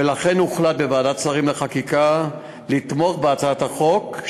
ולכן הוחלט בוועדת שרים לחקיקה לתמוך בהצעת החוק,